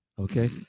okay